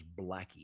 Blackie